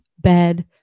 bed